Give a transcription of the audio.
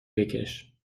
بکش